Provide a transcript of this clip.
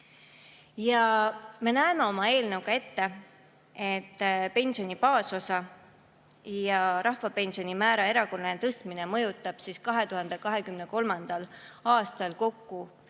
Me näeme oma eelnõuga ette, et pensioni baasosa ja rahvapensioni määra erakorraline tõstmine mõjutab 2023. aastal kokku üle